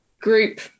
group